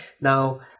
Now